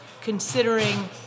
considering